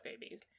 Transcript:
babies